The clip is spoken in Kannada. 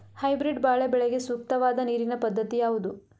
ಹೈಬ್ರೀಡ್ ಬಾಳೆ ಬೆಳೆಗೆ ಸೂಕ್ತವಾದ ನೀರಿನ ಪದ್ಧತಿ ಯಾವುದು?